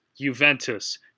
Juventus